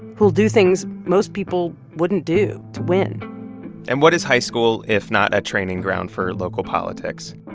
who'll do things most people wouldn't do to win and what is high school if not a training ground for local politics?